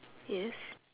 yes